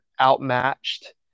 outmatched